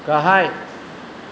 गाहाय